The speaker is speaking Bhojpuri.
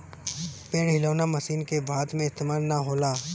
पेड़ हिलौना मशीन के भारत में इस्तेमाल ना होला